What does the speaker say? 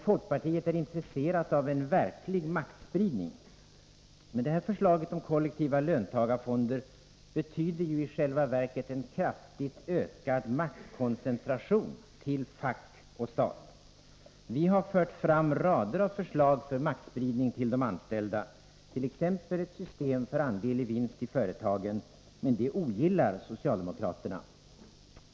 Folkpartiet är intresserat av en verklig maktspridning, men förslaget om kollektiva löntagarfonder betyder ju i själva verket en kraftigt ökad maktkoncentration till fack och stat. Vi har fört fram rader av förslag om maktspridning till de anställda, t.ex. ett system för andel i vinst i företagen, men det ogillar socialdemokraterna.